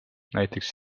näiteks